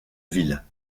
ville